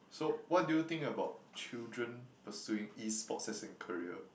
so what do you think about children pursing E-sports as in career